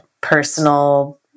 personal